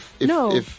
No